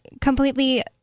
completely